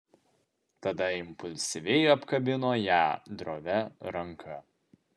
tada impulsyviai apkabino ją drovia ranka